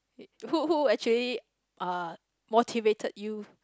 who who actually uh motivated you